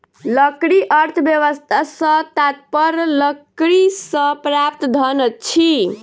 लकड़ी अर्थव्यवस्था सॅ तात्पर्य लकड़ीसँ प्राप्त धन अछि